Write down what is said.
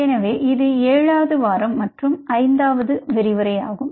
எனவே இது 7வது வாரம் மற்றும் 5வது விரிவுரை ஆகும்